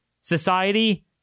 society